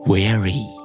Weary